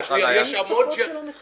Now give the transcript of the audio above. מומו, כמה מכוניות יש לך היום עם תו חניה?